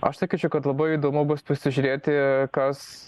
aš sakyčiau kad labai įdomu bus pasižiūrėti kas